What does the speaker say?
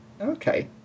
Okay